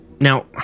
Now